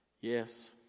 Yes